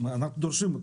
אנחנו דורשים.